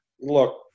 look